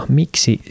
miksi